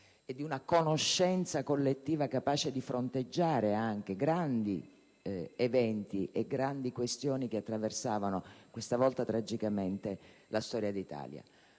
e di una conoscenza collettive, capaci di fronteggiare anche i grandi eventi e le questioni che attraversavano, questa volta tragicamente, la storia d'Italia.